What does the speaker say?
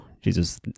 Jesus